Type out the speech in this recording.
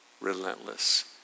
relentless